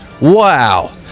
Wow